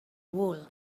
wool